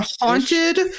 haunted